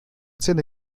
zähne